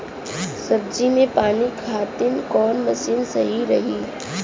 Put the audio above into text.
सब्जी में पानी खातिन कवन मशीन सही रही?